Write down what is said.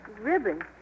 Ribbon